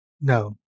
No